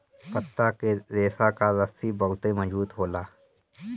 पत्ता के रेशा कअ रस्सी बहुते मजबूत होला